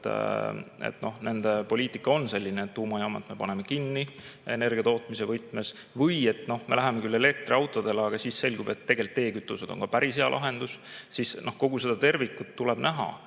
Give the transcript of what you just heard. et nende poliitika on selline, et tuumajaamad nad panevad kinni energiatootmise võtmes või et me läheme küll üle elektriautodele, aga siis selgub, et tegelikult e-kütused on ka päris hea lahendus, siis kogu seda tervikut tuleb näha,